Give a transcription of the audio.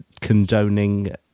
condoning